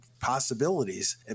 possibilities